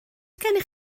gennych